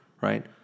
right